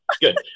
Good